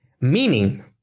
Meaning